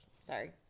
Sorry